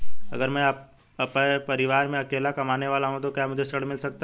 अगर मैं परिवार में अकेला कमाने वाला हूँ तो क्या मुझे ऋण मिल सकता है?